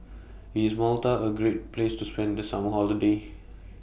IS Malta A Great Place to spend The Summer Holiday